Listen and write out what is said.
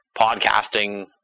podcasting